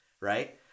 right